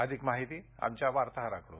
अधिक माहिती आमच्या वार्ताहराकडून